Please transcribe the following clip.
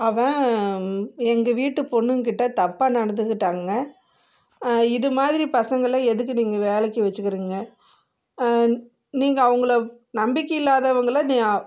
அவன் எங்கள் வீட்டு பொண்ணுங்கக்கிட்ட தப்பாக நடந்துக்கிட்டாங்க இதுமாதிரி பசங்களை எதுக்கு நீங்கள் வேலைக்கு வச்சிக்கிறீங்க நீங்கள் அவங்கள நம்பிக்கை இல்லாதவங்கள நீங்கள்